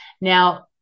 Now